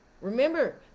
Remember